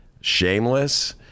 shameless